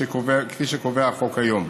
כפי שקובע החוק כיום.